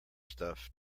stuff